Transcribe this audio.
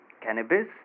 cannabis